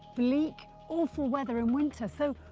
bleak, awful weather in winter. so,